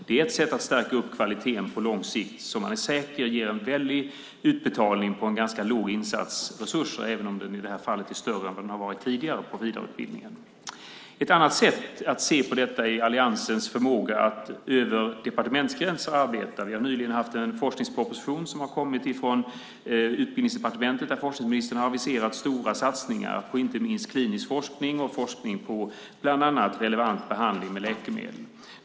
Det är ett sätt att stärka kvaliteten på lång sikt som man är säker på ger en väldig utbetalning på en ganska låg insats av resurser, även om den i det här fallet är större än vad den har varit på vidareutbildningen tidigare. Ett annat sätt att se på detta är alliansens förmåga att arbeta över departementsgränser. Vi har nyligen haft en forskningsproposition från Utbildningsdepartementet där forskningsministern har aviserat stora satsningar inte minst på klinisk forskning och forskning på bland annat relevant behandling med läkemedel.